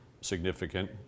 significant